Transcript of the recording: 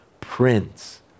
Prince